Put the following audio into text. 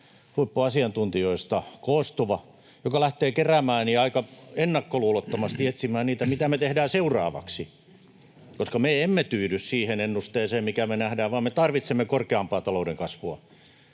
huippuasiantuntijoista koostuva kasvuryhmä, joka lähtee keräämään ja aika ennakkoluulottomasti etsimään niitä toimia, mitä me tehdään seuraavaksi, koska me emme tyydy siihen ennusteeseen, mikä me nähdään, vaan me tarvitsemme korkeampaa talouden kasvua.